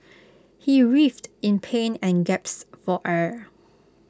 he writhed in pain and gasped for air